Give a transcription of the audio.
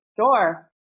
Sure